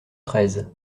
treize